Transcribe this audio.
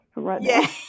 Right